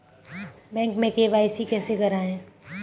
Bank में KYC कैसे करायें?